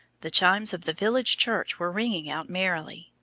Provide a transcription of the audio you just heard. the chimes of the village church were ringing out merrily,